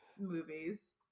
movies